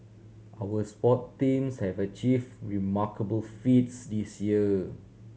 our sport teams have achieve remarkable feats this year